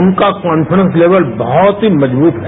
उनका कॉन्फिडेंस लेबल बहुत ही मजबूत है